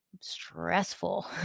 stressful